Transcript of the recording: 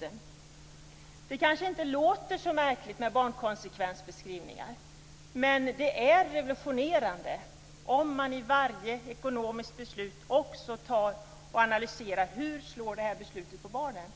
Det låter kanske inte så märkligt, men det är revolutionerande om man i varje ekonomiskt beslut också analyserar hur det slår på barnen.